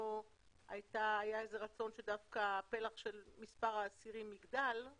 שהיה רצון שדווקא פלח מספר האסירים יגדל,